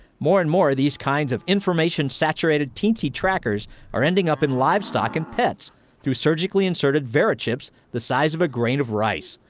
more and more these kinds of information-saturated teensy trackers are ending up in livestock and pets through surgically inserted verichips the size of a grain of rice.